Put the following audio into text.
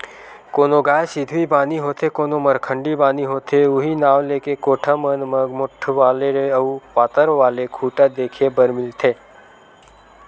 कोनो गाय सिधवी बानी होथे कोनो मरखंडी बानी होथे उहीं नांव लेके कोठा मन म मोठ्ठ वाले अउ पातर वाले खूटा देखे बर मिलथे